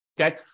Okay